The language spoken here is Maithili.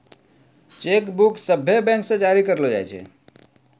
चेक बुक सभ्भे बैंक द्वारा जारी करलो जाय छै